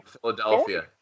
Philadelphia